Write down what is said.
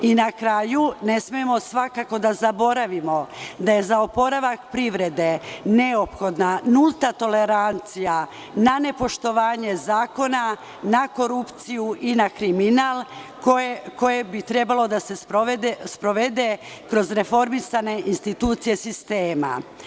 Na kraju, ne smemo svakako da zaboravimo da je za oporavak privrede neophodna nulta tolerancija na nepoštovanje zakona, na korupciju i na kriminal, koja bi trebala da se sprovede kroz reformisane institucije sistema.